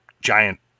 giant